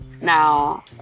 Now